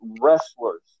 wrestlers